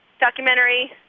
documentary